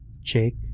Jake